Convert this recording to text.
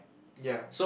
ya